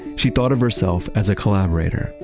she thought of herself as a collaborator.